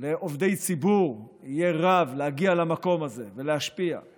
לעובדי ציבור להגיע למקום הזה ולהשפיע יהיה רב.